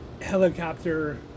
helicopter